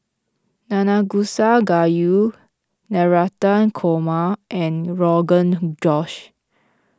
Nanakusa Gayu Navratan Korma and Rogan Josh